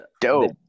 Dope